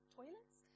toilets